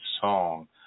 song